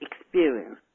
experience